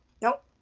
Nope